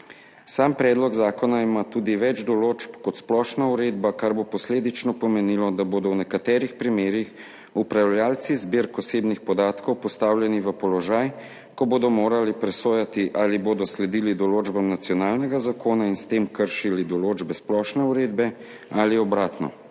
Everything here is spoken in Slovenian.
Sam predlog zakona ima tudi več določb kot splošna uredba, kar bo posledično pomenilo, da bodo v nekaterih primerih upravljalci zbirk osebnih podatkov postavljeni v položaj, ko bodo morali presojati, ali bodo sledili določbam nacionalnega zakona in s tem kršili določbe splošne uredbe ali obratno.